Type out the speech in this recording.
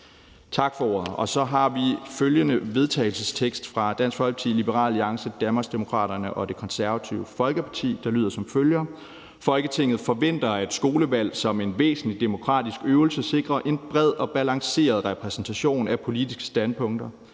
repræsentation. Så har vi en vedtagelsestekst fra Dansk Folkeparti, Liberal Alliance, Danmarksdemokraterne og Det Konservative Folkeparti, der lyder som følger: Forslag til vedtagelse »Folketinget forventer, at skolevalg som en væsentlig demokratisk øvelse sikrer en bred og balanceret repræsentation af politiske standpunkter